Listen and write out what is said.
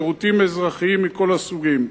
שירותים אזרחיים מכל הסוגים.